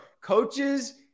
Coaches